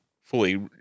fully